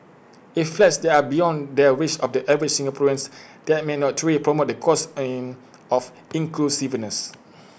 if flats there are beyond the reach of the average Singaporeans that may not truly promote the cause and of inclusiveness